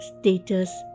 status